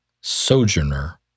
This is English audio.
Sojourner